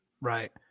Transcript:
Right